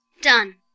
Done